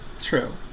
true